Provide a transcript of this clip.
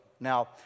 Now